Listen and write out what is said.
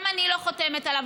גם אני לא חותמת עליו,